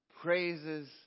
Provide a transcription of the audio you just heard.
praises